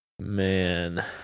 Man